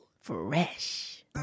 Fresh